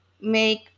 make